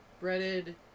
breaded